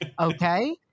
Okay